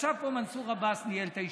ישב פה מנסור עבאס, ניהל את הישיבה,